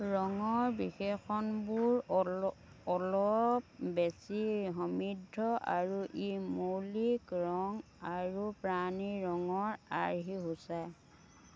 ৰঙৰ বিশেষণবোৰ অল' অলপ বেছি সমৃদ্ধ আৰু ই মৌলিক ৰং আৰু প্ৰাণীৰ ৰঙৰ আৰ্হি সূচায়